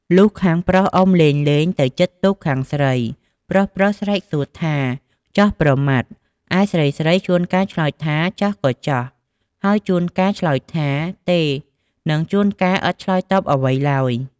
លុះខាងប្រុសអុំលេងៗទៅជិតទូកខាងស្រី ប្រុសៗស្រែកសួរថា ចោះប្រមាត់ ឯស្រីៗជួនកាលឆ្លើយ ថា ចោះក៏ចោះ ហើយជួនកាលឆ្លើយថា ទេ និងដូនកាយឥតឆ្លើយតបអ្វីឡើយ។